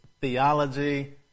theology